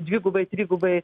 dvigubai trigubai